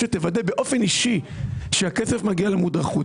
שתוודא באופן אישי שהכסף מגיע למודחות.